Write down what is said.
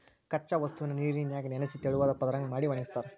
ಕಚ್ಚಾ ವಸ್ತುನ ನೇರಿನ್ಯಾಗ ನೆನಿಸಿ ತೆಳುವಾದ ಪದರದಂಗ ಮಾಡಿ ಒಣಗಸ್ತಾರ